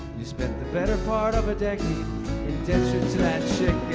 you spent the better part of a decade indentured to that chick